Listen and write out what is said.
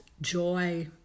joy